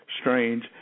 strange